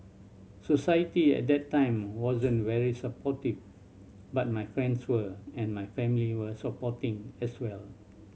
society at that time wasn't very supportive but my friends were and my family were supporting as well